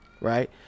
right